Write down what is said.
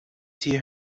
see